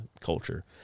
culture